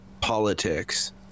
politics